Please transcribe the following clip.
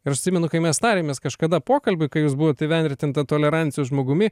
ir aš atsimenu kai mes tarėmės kažkada pokalbiui kai jūs buvot įvertinta tolerancijos žmogumi